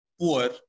poor